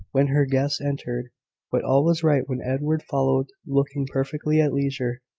when her guests entered but all was right when edward followed, looking perfectly at leisure,